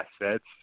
assets